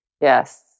Yes